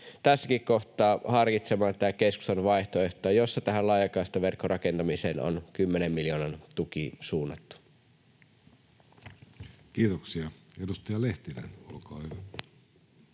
tässäkin kohtaa harkitsemaan tätä keskustan vaihtoehtoa, jossa tähän laajakaistaverkon rakentamiseen on kymmenen miljoonan tuki suunnattu. Kiitoksia. — Edustaja Lehtinen, olkaa hyvä.